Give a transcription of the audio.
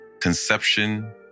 conception